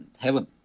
heaven